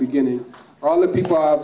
beginning all the people are